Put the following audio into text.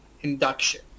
induction